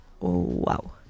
wow